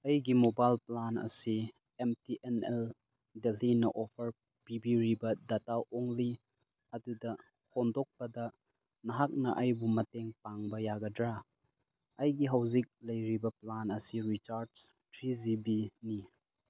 ꯑꯩꯒꯤ mobile plan ꯑꯁꯤ M T N L ꯗꯦꯜꯍꯤꯅ ꯑꯣꯐꯔ ꯄꯤꯔꯤꯕ ꯗꯇꯥ ꯑꯣꯡꯂꯤ ꯑꯗꯨꯗ ꯍꯣꯡꯗꯣꯛꯄꯗ ꯅꯍꯥꯛꯅ ꯑꯩꯕꯨ ꯃꯇꯦꯡ ꯄꯥꯡꯕ ꯌꯥꯒꯗ꯭ꯔꯥ ꯑꯩꯒꯤ ꯍꯧꯖꯤꯛ ꯂꯩꯔꯤꯕ ꯄ꯭ꯂꯥꯟ ꯑꯁꯤ ꯔꯤꯆꯥꯔꯖ ꯊ꯭ꯔꯤ ꯖꯤ ꯕꯤꯅꯤ